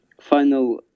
final